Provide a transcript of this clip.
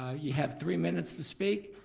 ah you have three minutes to speak.